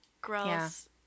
Gross